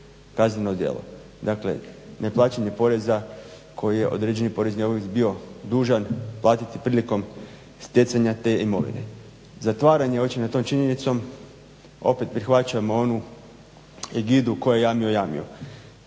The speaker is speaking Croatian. kazneno djelo. Dakle, neplaćanje poreza koji je određeni porezni obveznik bio dužan platiti prilikom stjecanja te imovine. Zatvaranjem oči nad tom činjenicom opet prihvaćamo onu egidu tko je jamio, jamio.